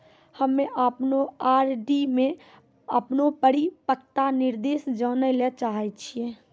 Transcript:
हम्मे अपनो आर.डी मे अपनो परिपक्वता निर्देश जानै ले चाहै छियै